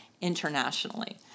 internationally